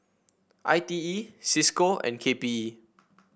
I T E Cisco and K P E